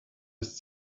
ist